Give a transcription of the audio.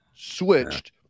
switched